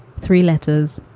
three letters,